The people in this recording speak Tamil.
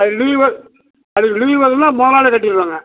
அது லீவு அது லீவு வருதுன்னால் மொதல் நாளே கட்டிடுவேங்க